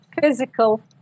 physical